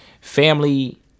Family